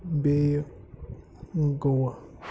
بیٚیہِ گوا